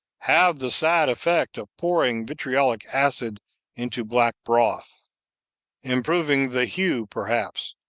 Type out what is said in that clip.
have the sad effect of pouring vitriolic acid into black broth improving the hue, perhaps,